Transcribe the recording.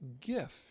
gift